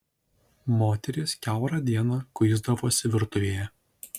moterys kiaurą dieną kuisdavosi virtuvėje